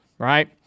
Right